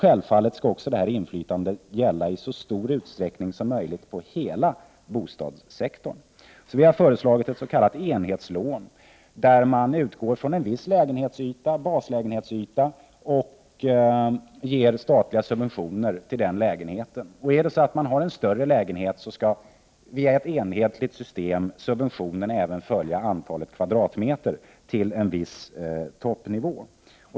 Självfallet skall detta inflytande i så stor utsträckning som möjligt gälla inom hela bostadssektorn. Vi har därför föreslagit ett s.k. enhetslån, som innebär att man utgår från en viss baslägenhetsyta och ger statliga subventioner till en sådan baslägenhet. Om lägenhetsytan är större skall i detta enhetliga system subventionen bestämmas av antalet kvadratmeter upp till en viss toppnivå.